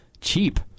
cheap